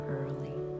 early